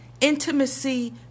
Intimacy